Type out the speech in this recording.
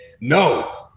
No